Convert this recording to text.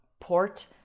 port